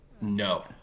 no